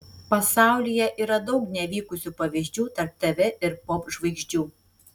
pasaulyje yra daug nevykusių pavyzdžių tarp tv ir popžvaigždžių